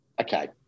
okay